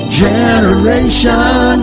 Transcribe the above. generation